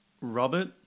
Robert